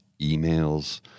emails